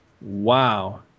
Wow